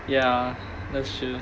ya that's true